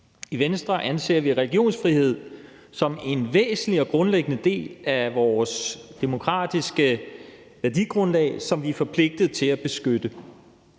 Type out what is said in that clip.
I Venstre anser vi religionsfrihed som en væsentlig og grundlæggende del af vores demokratiske værdigrundlag, som vi er forpligtet til at beskytte.